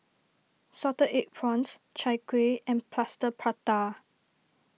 Salted Egg Prawns Chai Kueh and Plaster Prata